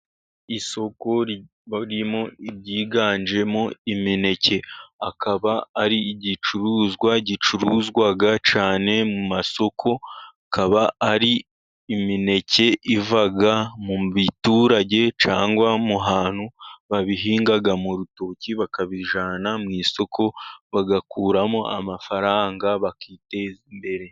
Isoko riba ririmo ibyiganjemo imineke, akaba ari igicuruzwa gicuruzwa cyane mu masoko. Akaba ari imineke iva mu biturage cyangwa mu hantu babihinga mu rutoki bakabijyana mu isoko bagakuramo amafaranga bakiteza imbere.